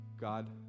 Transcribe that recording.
God